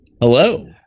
hello